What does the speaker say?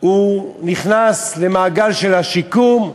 הוא נכנס למעגל של שיקום,